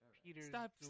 Stop